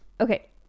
okay